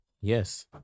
Yes